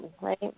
right